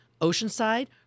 Oceanside